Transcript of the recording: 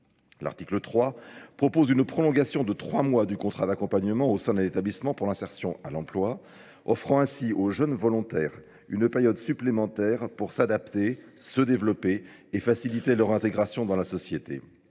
L'article 3 propose une prolongation de trois mois du contrat d'accompagnement au sein de l'établissement pour l'insertion à l'emploi, offrant ainsi aux jeunes volontaires une période supplémentaire pour s'adapter, se développer et faciliter leur intégration dans la société.